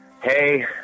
hey